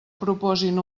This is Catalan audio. proposin